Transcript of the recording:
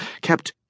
kept